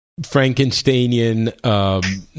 frankensteinian